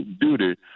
duty